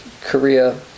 Korea